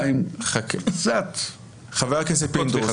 הם קצת פחות --- חבר הכנסת פינדרוס,